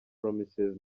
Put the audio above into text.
promises